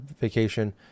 vacation